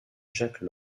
jacques